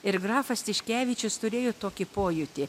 ir grafas tiškevičius turėjo tokį pojūtį